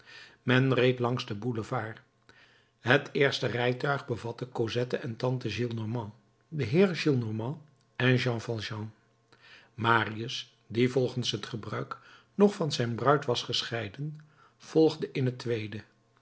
men reed langs den boulevard het eerste rijtuig bevatte cosette en tante gillenormand den heer gillenormand en jean valjean marius die volgens het gebruik nog van zijn bruid was gescheiden volgde in het tweede